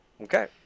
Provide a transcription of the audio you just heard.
Okay